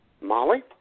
Molly